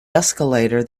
escalator